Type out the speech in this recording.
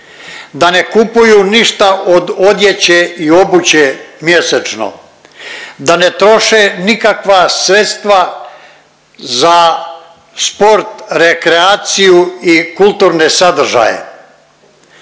da ne kupuju ništa od odjeće i obuće mjesečno, da ne troše nikakva sredstva za sport, rekreaciju i kulturne sadržaje,